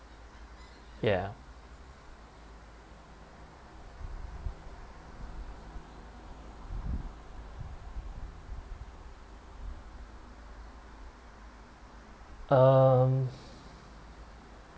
ya um